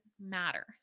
matter